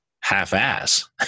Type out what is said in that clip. half-ass